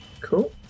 Cool